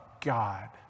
God